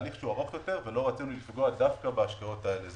זה הליך ארוך יותר ולא רצינו לפגוע דווקא בהשקעות האלה.